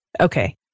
Okay